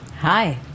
Hi